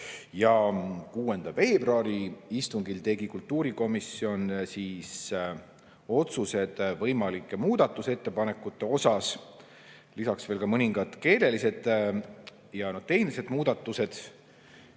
6. veebruari istungil tegi kultuurikomisjon otsused võimalike muudatusettepanekute kohta, lisaks tegi veel mõningad keelelised ja tehnilised muudatused.